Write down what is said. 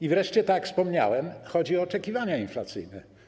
I wreszcie, tak jak wspomniałem, chodzi o oczekiwania inflacyjne.